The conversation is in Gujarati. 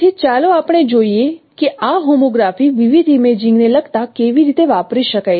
તેથી ચાલો આપણે જોઈએ કે આ હોમોગ્રાફી વિવિધ ઇમેજિંગ ને લગતા કેવી રીતે વાપરી શકાય